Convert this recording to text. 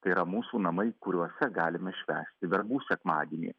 tai yra mūsų namai kuriuose galime švęsti verbų sekmadienį